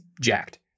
jacked